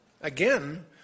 again